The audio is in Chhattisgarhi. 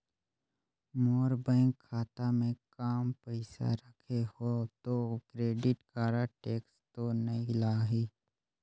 मोर बैंक खाता मे काम पइसा रखे हो तो क्रेडिट कारड टेक्स तो नइ लाही???